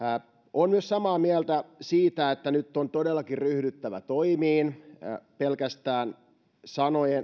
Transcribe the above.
olen myös samaa mieltä siitä että nyt on todellakin ryhdyttävä toimiin pelkästään sanojen